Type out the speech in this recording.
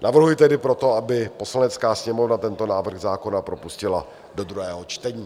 Navrhuji tedy proto, aby Poslanecká sněmovna tento návrh zákona propustila do druhého čtení.